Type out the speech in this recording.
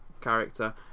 character